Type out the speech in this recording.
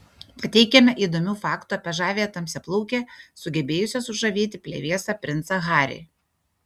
pateikiame įdomių faktų apie žaviąją tamsiaplaukę sugebėjusią sužavėti plevėsą princą harry